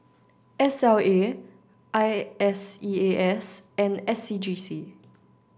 S L A I S E A S and S C G C